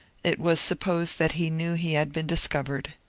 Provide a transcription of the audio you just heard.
it was supposed that he knew he had been discovered.